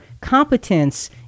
competence